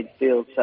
midfield